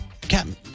Captain